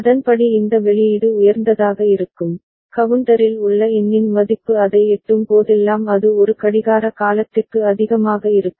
அதன்படி இந்த வெளியீடு உயர்ந்ததாக இருக்கும் கவுண்டரில் உள்ள எண்ணின் மதிப்பு அதை எட்டும் போதெல்லாம் அது ஒரு கடிகார காலத்திற்கு அதிகமாக இருக்கும்